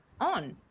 on